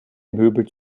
möbel